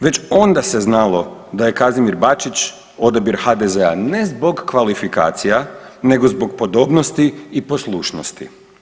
Već onda se znalo da je Kazimir Bačić odabir HDZ-a ne zbog kvalifikacija nego zbog podobnosti i poslušnosti.